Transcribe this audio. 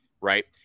right